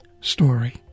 story